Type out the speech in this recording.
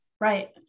right